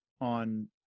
on